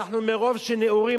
מרוב שאנחנו נאורים,